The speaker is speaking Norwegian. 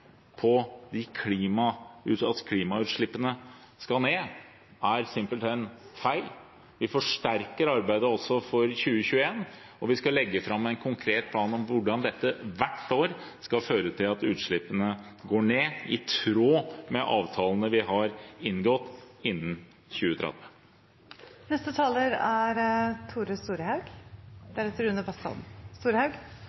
på at klimautslippene skal ned, er simpelthen feil. Vi forsterker arbeidet for 2021, og vi skal legge fram en konkret plan for hvordan dette hvert år skal føre til at utslippene går ned, i tråd med avtalene vi har inngått, innen 2030. Det er